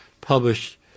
published